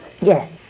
Yes